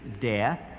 death